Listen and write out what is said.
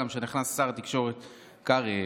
גם נכנס שר התקשורת קרעי,